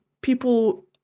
people